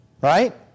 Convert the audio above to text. Right